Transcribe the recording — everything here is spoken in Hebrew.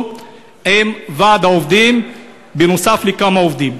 עם ועד העובדים ועם עוד כמה עובדים.